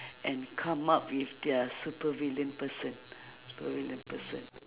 and come up with their supervillain person supervillain person